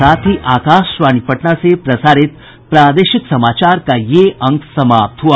इसके साथ ही आकाशवाणी पटना से प्रसारित प्रादेशिक समाचार का ये अंक समाप्त हुआ